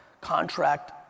contract